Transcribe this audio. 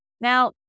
Now